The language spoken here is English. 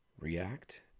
react